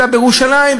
אלא בירושלים,